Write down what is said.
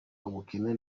ubukene